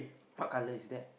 what colour is that